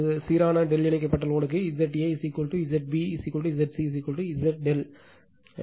ஒரு சீரான ∆ இணைக்கப்பட்ட லோடுக்கு Z a Z b Zc Z ∆ சமம்